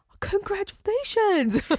congratulations